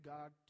God